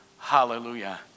hallelujah